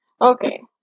Okay